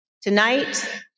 Tonight